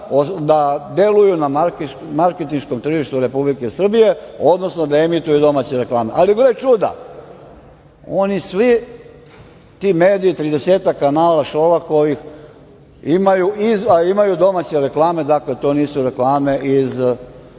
da deluju na marketinškom tržištu Republike Srbije, odnosno da emituju domaće reklame, ali gle čuda – oni svi, ti mediji, 30-ak kanala Šolakovih, imaju domaće reklame. Dakle, to nisu reklame iz